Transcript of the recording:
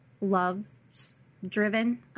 love-driven